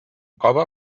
cove